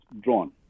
drawn